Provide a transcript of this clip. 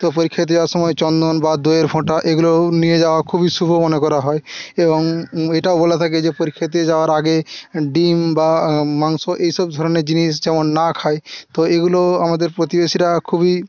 তো পরীক্ষা দেওয়ার সময় চন্দন বা দইয়ের ফোঁটা এগুলোও নিয়ে যাওয়া খুবই শুভ মনে করা হয় এবং এটাও বলা থাকে যে পরীক্ষা দিতে যাওয়ার আগে ডিম বা মাংস এই সব ধরণের জিনিস যেমন না খায় তো এগুলো আমাদের প্রতিবেশীরা খুবই